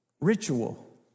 ritual